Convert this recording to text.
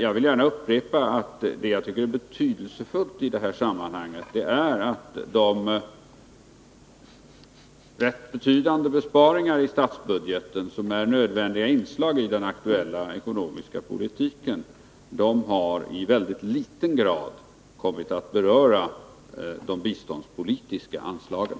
Jag vill gärna upprepa att det betydelsefulla i det här sammanhanget är att de rätt betydande besparingar i statsbudgeten som är nödvändiga inslag i den aktuella ekonomiska politiken i väldigt liten utsträckning kommit att beröra de biståndspolitiska anslagen.